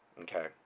Okay